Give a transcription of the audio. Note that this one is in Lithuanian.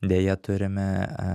deja turime